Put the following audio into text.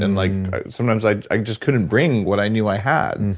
and like sometimes i i just couldn't bring what i knew i had. and